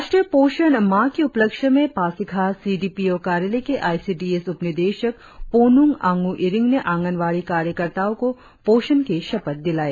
राष्ट्रीय पोषण माह के उपलक्ष्य में Pasighat C D P O कार्यालय की आई सी डी एस उप निदेशक पोनुंग आंडू इरिंग ने आंगनबाड़ी कार्यकर्ताओं को पोषण की शपथ दिलाई